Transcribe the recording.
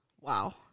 Wow